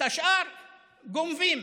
את השאר גונבים.